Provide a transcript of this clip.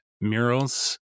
murals